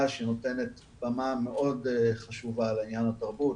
שנותנת במה מאוד חשובה לעניין התרבות,